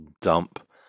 dump